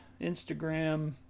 Instagram